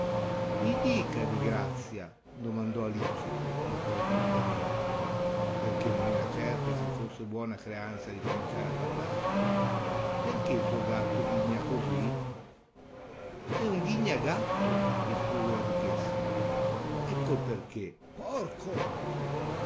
mi dica di grazia domandò alice un po timidamente perchè non era certa se fosse buona creanza di cominciare a parlare perchè il suo gatto ghigna così è un ghignagatto rispose la duchessa ecco il perchè porco